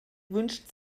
wünscht